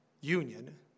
union